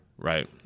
right